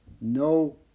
no